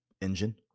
engine